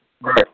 Right